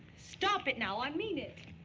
stop it now. i mean it.